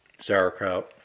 Sauerkraut